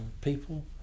people